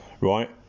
right